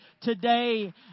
today